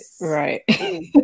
Right